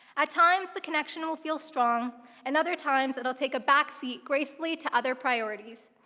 at times the connection will feel strong and other times it'll take a backseat gracefully to other priorities.